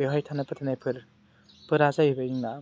बेवहाय थानाय फोथायनायफोरा जाहैबाय जोंना